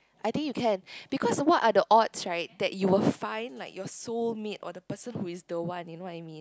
I think you can because what are the odds right you will find like your soulmate or the person who is the one you know what I mean